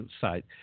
site